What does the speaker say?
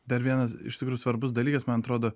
dar vienas iš tikrųjų svarbus dalykas man atrodo